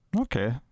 Okay